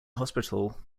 hospital